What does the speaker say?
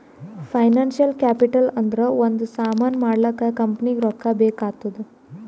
financial capital ಅಂದುರ್ ಒಂದ್ ಸಾಮಾನ್ ಮಾಡ್ಲಾಕ ಕಂಪನಿಗ್ ರೊಕ್ಕಾ ಬೇಕ್ ಆತ್ತುದ್